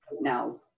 now